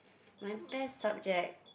my best subject